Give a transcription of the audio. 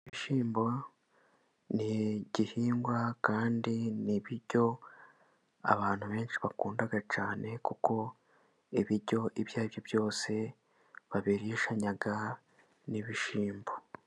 Ibishyimbo ni igihingwa kandi ni biryo abantu benshi bakunda cyane kuko ibiryo ibyo aribyo byose babirisha ibishyimbo.